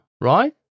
right